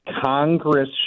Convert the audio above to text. Congress